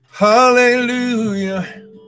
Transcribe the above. Hallelujah